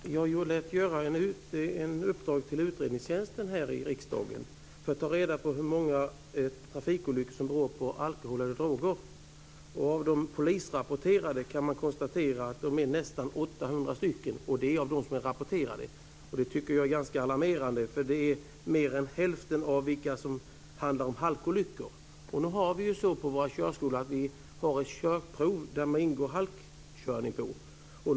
Fru talman! Jag gav i uppdrag till utredningstjänsten här i riksdagen att ta reda på hur många trafikolyckor som beror på alkohol eller droger. Av de polisrapporterade olyckorna kan man konstatera att de är nästan 800 stycken. Det är alltså de som är rapporterade. Det tycker jag är ganska alarmerande, för mer än hälften handlar om halkolyckor. Nu har vi på våra körskolor ett körprov där halkkörning ingår.